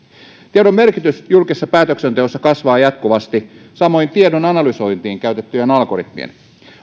tiedon merkitys julkisessa päätöksenteossa kasvaa jatkuvasti samoin tiedon analysointiin käytettyjen algoritmien